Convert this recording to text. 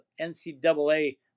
NCAA